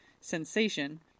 sensation